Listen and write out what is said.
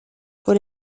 por